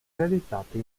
realizzate